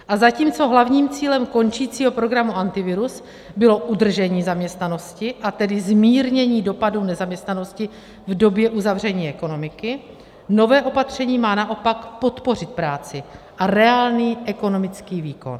A zatímco hlavním cílem končícího programu Antivirus bylo udržení zaměstnanosti, a tedy zmírnění dopadů v nezaměstnanosti v době uzavření ekonomiky, nové opatření má naopak podpořit práci a reálný ekonomický výkon.